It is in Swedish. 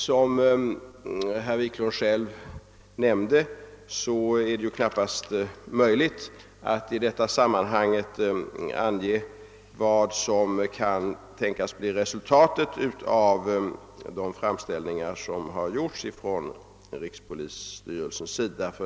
Som herr Wiklund själv nämnde är det knappast möjligt att i detta sammanhang ange vad som kan tänkas bli resultatet av de framställningar som gjorts för nästa budgetår från rikspolisstyrelsens sida.